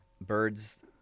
birds